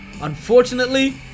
Unfortunately